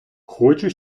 хочу